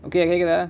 okay okay can can